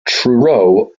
truro